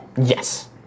yes